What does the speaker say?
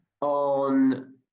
on